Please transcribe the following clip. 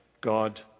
God